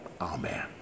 Amen